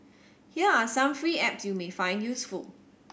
here are some free apps you may find useful